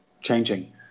changing